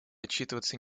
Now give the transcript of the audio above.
отчитываться